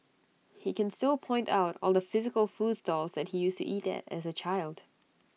he can still point out all the physical food stalls that he used to eat at as A child